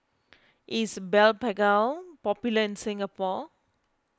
is Blephagel popular in Singapore